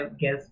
guess